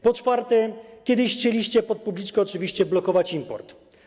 Po czwarte, kiedyś chcieliście, pod publiczkę oczywiście, blokować import.